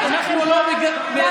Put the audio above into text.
אנחנו לא בקרב.